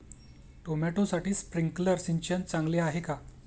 टोमॅटोसाठी स्प्रिंकलर सिंचन चांगले आहे का?